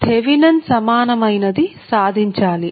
Thevenin సమానమైనది సాధించాలి